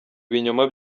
ibinyoma